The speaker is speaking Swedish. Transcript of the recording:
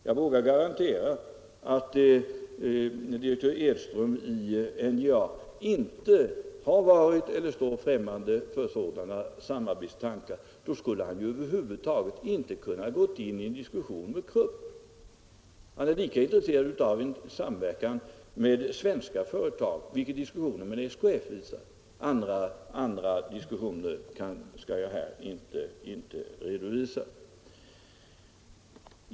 Jag vågar garantera att direktör Edström i NJA inte står främmande för sådana samarbetstankar, då skulle han ju över huvud taget inte ha kunnat gå in i en diskussion med Krupp. Och han är lika intresserad av en samverkan med svenska företag, vilket diskussionen med SKF visar; andra diskussioner skall jag här inte redovisa.